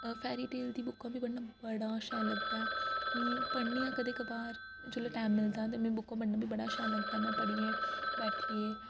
fairy tale दी बुक्कां मी पढ़ना बड़ा शैल लगदा ऐ पढ़नी आं कदें कबार जोल्लै टाइम मिलदा ते मिगी बुक्कां पढ़ना बी बड़ा शैल लगदा ऐ पढ़िये बैठिये